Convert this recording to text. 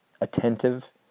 attentive